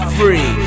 free